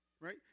Right